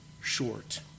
short